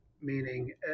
Meaning